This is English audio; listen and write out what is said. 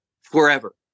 forever